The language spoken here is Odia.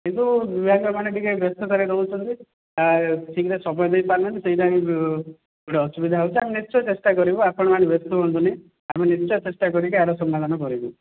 କିନ୍ତୁ ଯେହେତୁ ଆପଣ ମାନେ ଟିକେ ବ୍ୟସ୍ତତାରେ ରହୁଛନ୍ତି ସାର୍ ଠିକ୍ରେ ସମୟ ଦେଇପାରୁନାହାଁନ୍ତି ସେଇନାଗି ଅସୁବିଧା ହେଉଛି ଆମେ ନିଶ୍ଚୟ ଚେଷ୍ଟା କରିବୁ ଆପଣ ମାନେ ବ୍ୟସ୍ତ ହୁଅନ୍ତୁନି ଆମେ ନିଶ୍ଚୟ ଚେଷ୍ଟା କରିକି ୟାର ସମାଧାନ କରିବୁ